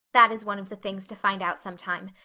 that is one of the things to find out sometime.